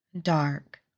dark